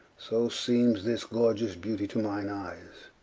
so seemes this gorgeous beauty to mine eyes.